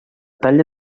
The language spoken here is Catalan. talla